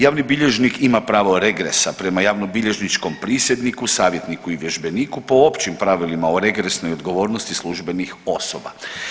Javni bilježnik ima pravo regresa, prema javnobilježničkom prisjedniku, savjetniku i vježbeniku po općim pravilima o regresnoj odgovornosti službenih osoba.